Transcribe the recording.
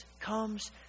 comes